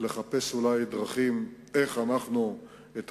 אולי לחפש דרכים איך אנחנו יכולים לפתור את